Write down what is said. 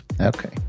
Okay